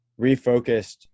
refocused